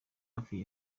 hafi